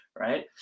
right